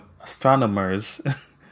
astronomers